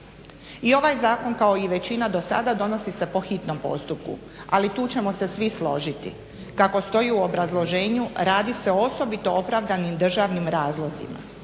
I ovaj zakon kao i većina do sada donosi se po hitnom postupku ali tu ćemo se svi složiti kako stoji u obrazloženju radi se o osobito opravdanim državnim razlozima